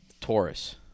Taurus